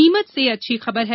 नीमच से अच्छी खबर है